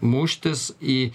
muštis į